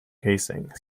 casing